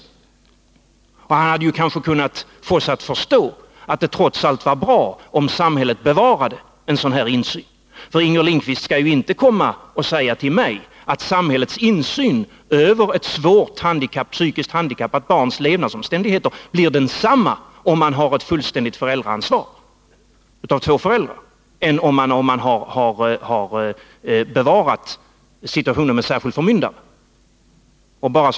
Han hade kanske kunnat få oss att förstå att det trots allt var bra om samhället bevarade en sådan här insyn. För Inger Lindquist skall inte komma till mig och säga att samhällets insyn över ett svårt, psykiskt handikappat barns levnadsomständigheter blir densamma med ett fullständigt föräldraansvar med två föräldrar jämfört med att ha kvar systemet med särskild förmyndare.